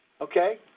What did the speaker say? Okay